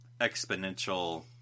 exponential